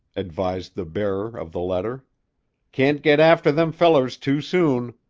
advised the bearer of the letter can't get after them fellers too soon.